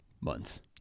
months